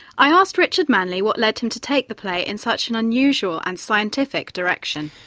i asked richard manley what led him to take the play in such an unusual and scientific direction.